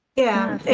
yeah,